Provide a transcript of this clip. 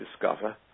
discover